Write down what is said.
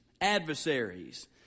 adversaries